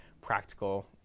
practical